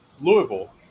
Louisville